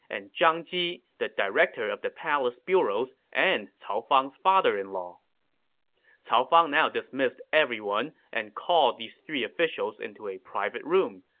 and zhang ji, the director of the palace bureaus and cao fang's father-in-law cao fang now dismissed everyone and called these three officials into a private room.